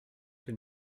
que